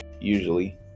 Usually